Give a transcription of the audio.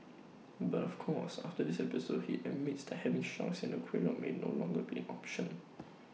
but of course after this episode he admits that having sharks in the aquarium may no longer be an option